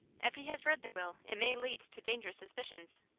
if he has read the will, it may lead to dangerous suspicions.